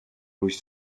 durch